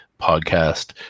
podcast